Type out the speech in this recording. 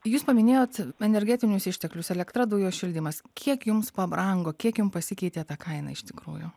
jūs paminėjot energetinius išteklius elektra dujos šildymas kiek jums pabrango kiek jum pasikeitė ta kaina iš tikrųjų